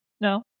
No